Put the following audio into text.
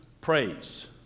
praise